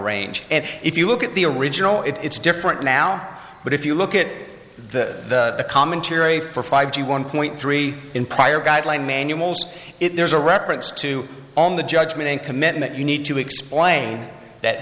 range and if you look at the original it's different now but if you look at the commentary for five g one point three in prior guideline manuals if there's a reference to on the judgment in commitment you need to explain that